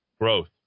growth